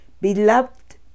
Beloved